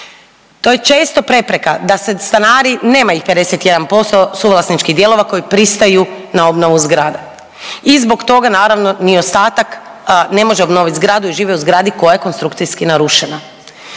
To je često prepreka da se stanari nema ih 51% suvlasničkih dijelova koji pristaju na obnovu zgrada i zbog toga naravno ni ostatak ne može obnovit zgradu i žive u zgradi koja je konstrukcijski narušena.